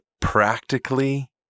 practically